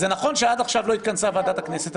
זה נכון שעד עכשיו לא התכנסה ועדת הכנסת,